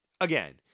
again